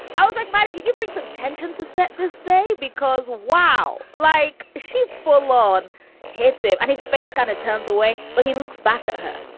i was like, man, did did you bring some tension to set this day because wow like she full-on hits him and his face kind of turns away, but he looks back at her.